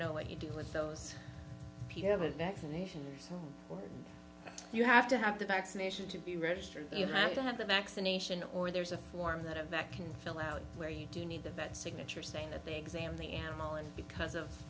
know what you do with those people have a vaccination you have to have the vaccination to be registered you have to have the vaccination or there's a form that of that can fill out where you do need that signature saying that they examine the animal and because of